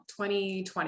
2020